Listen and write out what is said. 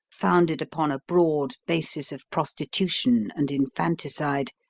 founded upon a broad basis of prostitution and infanticide,